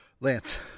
Lance